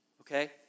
Okay